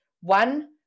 One